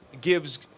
gives